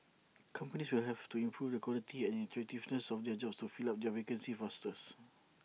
companies will have to improve the quality and attractiveness of their jobs to fill up their vacancies fosters